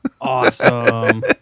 Awesome